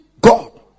God